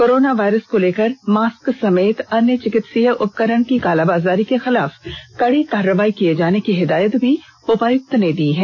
corona virus को लेकर mask समेत अन्य चिकित्सकीय उपकरण की कालाबाजारी के खिलाफ कड़ी कार्रवाई किये जाने की हिदायत भी उपायुक्त ने दी है